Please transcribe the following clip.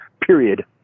Period